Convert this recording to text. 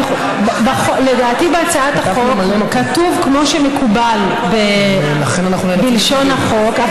לדעתי בהצעת החוק כתוב כמו שמקובל בלשון החוק,